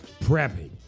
Prepping